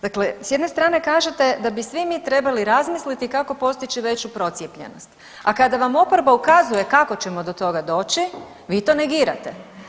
Dakle, s jedne strane kažete da bi svi mi trebali razmisliti kako postići veću procijepljenost, a kada vam oporba ukazuje kako ćemo do toga doći vi to negirate.